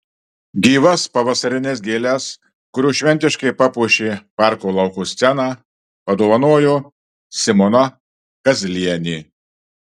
gyvas pavasarines gėles kurios šventiškai papuošė parko lauko sceną padovanojo simona kazlienė